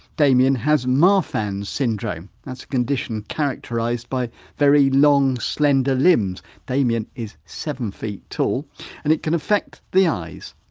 damion has marfan's syndrome, that's a condition characterised by very long slender limbs damion is seven feet tall and it can affect the eyes.